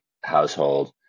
household